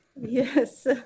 Yes